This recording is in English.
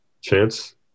Chance